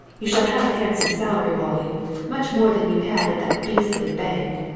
you shall have a handsome salary, wallie much more than you had at that beastly bank!